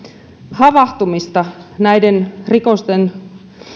havahtumista näiden rikosten